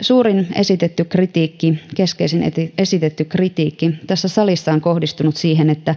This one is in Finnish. suurin esitetty kritiikki keskeisin esitetty kritiikki tässä salissa on kohdistunut siihen että